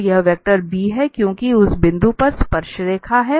तो यह vector B है क्योंकि उस बिंदु पर स्पर्श रेखा है